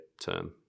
term